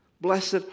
Blessed